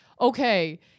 okay